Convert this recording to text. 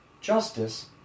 Justice